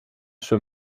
suo